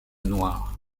noir